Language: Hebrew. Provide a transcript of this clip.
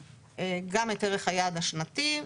וגם את ערך היעד השנתי.